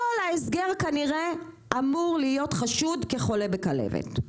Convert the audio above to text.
כל ההסגר כנראה אמור להיות חשוד כחולה בכלבת.